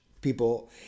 people